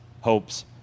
hopes